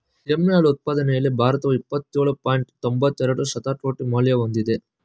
ಎಮ್ಮೆ ಹಾಲು ಉತ್ಪಾದನೆಯಲ್ಲಿ ಭಾರತವು ಇಪ್ಪತ್ತೇಳು ಪಾಯಿಂಟ್ ತೊಂಬತ್ತೆರೆಡು ಶತಕೋಟಿ ಮೌಲ್ಯ ಹೊಂದಿದೆ